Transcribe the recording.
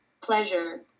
pleasure